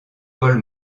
paul